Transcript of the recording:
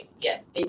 Yes